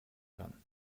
kann